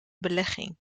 belegging